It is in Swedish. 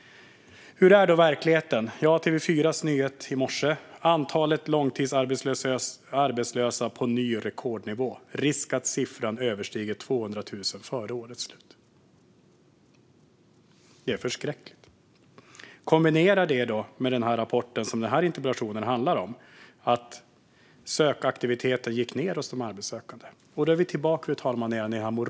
Hur är det då i verkligheten? På TV4:s nyhetssida stod det i morse: "Antalet långtidsarbetslösa på ny rekordnivå. Risk att siffran överstiger 200 000 före årets slut." Det är förskräckligt. Om man kombinerar detta med den rapport som interpellationen handlar om, det vill säga att sökaktiviteten gick ned hos de arbetssökande, för det oss tillbaka till den moraliska frågan, fru talman.